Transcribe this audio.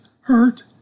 hurt